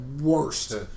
worst